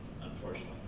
unfortunately